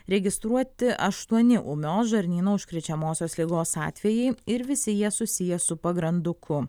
registruoti aštuoni ūmios žarnyno užkrečiamosios ligos atvejai ir visi jie susiję su pagranduku